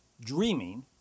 dreaming